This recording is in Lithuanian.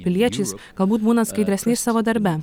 piliečiais galbūt būnant skaidresniais savo darbe